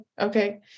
Okay